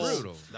brutal